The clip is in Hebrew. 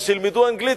שילמדו אנגלית,